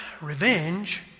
revenge